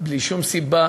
בלי שום סיבה,